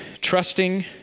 trusting